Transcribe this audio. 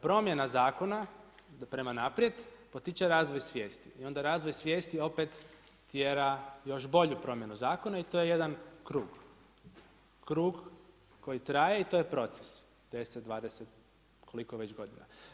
Promjena zakona prema naprijed potiče razvoj svijesti i onda razvoj svijesti opet tjera još bolju promjenu zakona i to je jedan krug, krug koji traje i to je proces, 10, 20 koliko već godina.